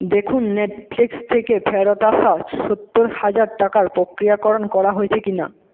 দেখুন নেটফ্লিক্স থেকে ফেরত আসা সত্তর হাজার টাকার প্রক্রিয়াকরণ করা হয়েছে কিনা